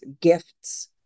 gifts